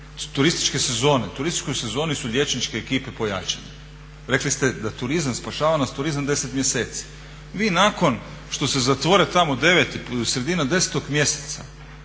turističke sezone, u turističkoj sezoni su liječničke ekipe pojačane, rekli ste da nas turizam spašava, turizam 10 mjeseci. Vi nakon što se zatvore tamo 9, sredina 10 mjeseca